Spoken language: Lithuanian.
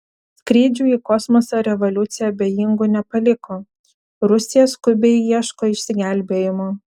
skrydžių į kosmosą revoliucija abejingų nepaliko rusija skubiai ieško išsigelbėjimo